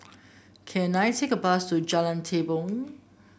can I take a bus to Jalan Tepong